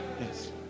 Yes